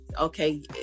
okay